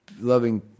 Loving